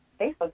Facebook